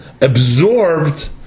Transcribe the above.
absorbed